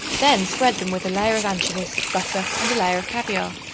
then spread them with a layer of anchovies, butter and a layer of caviare.